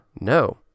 no